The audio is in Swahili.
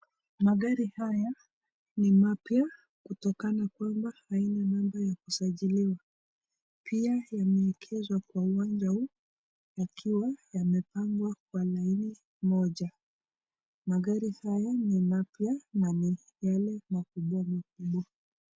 Magari haya ni mapya kutokana kwamba haina namba ya usajili pia yameegezwa kwa uwanja huu yakiwa yamepangwa kwa laini moja. Magari haya ni mapya na ni yale makubwa makubwa.